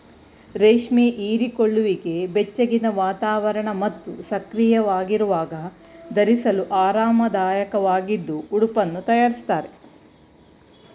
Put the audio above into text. ರೇಷ್ಮೆ ಹೀರಿಕೊಳ್ಳುವಿಕೆ ಬೆಚ್ಚಗಿನ ವಾತಾವರಣ ಮತ್ತು ಸಕ್ರಿಯವಾಗಿರುವಾಗ ಧರಿಸಲು ಆರಾಮದಾಯಕವಾಗಿದ್ದು ಉಡುಪನ್ನು ತಯಾರಿಸ್ತಾರೆ